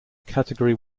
category